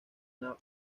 una